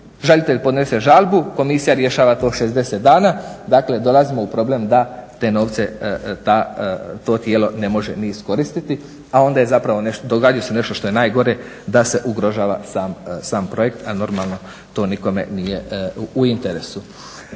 žalitelj podnese žalbu, komisija rješava to 60 dana. Dakle, dolazimo u problem da te novce to tijelo ne može ni iskoristiti, a onda je zapravo nešto, događa se nešto što je najgore da se ugrožava sam projekt, a normalno to nikome nije u interesu.